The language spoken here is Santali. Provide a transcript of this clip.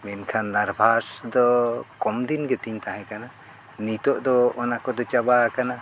ᱢᱮᱱᱠᱷᱟᱱ ᱱᱟᱨᱵᱷᱟᱥ ᱫᱚ ᱠᱚᱢ ᱫᱤᱱ ᱜᱮᱛᱤᱧ ᱛᱟᱦᱮᱸ ᱠᱟᱱᱟ ᱱᱤᱛᱳᱜ ᱫᱚ ᱚᱱᱟ ᱠᱚᱫᱚ ᱪᱟᱵᱟ ᱟᱠᱟᱱᱟ